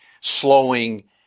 slowing